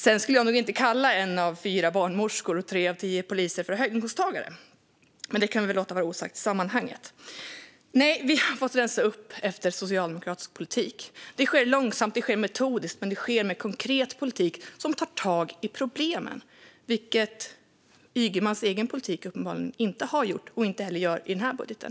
Sedan skulle jag nog inte kalla en av fyra barnmorskor och tre av tio poliser för höginkomsttagare. Men det kan vi väl låta vara osagt i sammanhanget. Vi har fått rensa upp efter socialdemokratisk politik. Det sker långsamt och metodiskt, men det sker med konkret politik som tar tag i problemen, vilket Ygemans egen politik uppenbarligen inte har gjort och inte heller gör i den här budgeten.